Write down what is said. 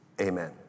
Amen